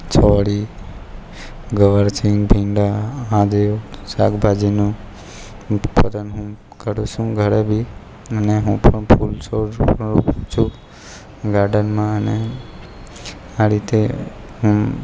ચોળી ગવારસીંગ ભીંડા આ જે શાકભાજીનો ઉત્પાદન હું કરું છું ઘરે બી એમાં ફૂલ છોડ રોપું છું ગાર્ડનમાં અને આ રીતે હું